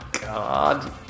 God